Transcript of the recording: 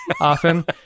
often